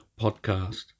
podcast